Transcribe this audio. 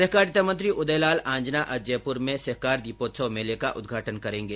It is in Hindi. सहकारिता मंत्री उदय लाल आंजना आज जयपुर में सहकार दीपोत्सव मेले का उदघाटन करेंगे